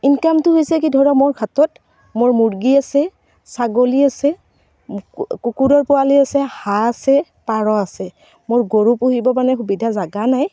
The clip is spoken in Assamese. ইনকামটো হৈছে কি ধৰক মোৰ হাতত মোৰ মুৰ্গী আছে ছাগলী আছে কুকুৰৰ পোৱলি আছে হাঁহ আছে পাৰ আছে মোৰ গৰু পুহিবৰ মানে সবিধা জাগা নাই